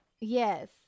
Yes